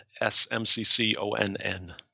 S-M-C-C-O-N-N